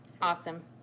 Awesome